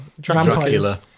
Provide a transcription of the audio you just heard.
Dracula